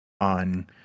on